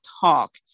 talk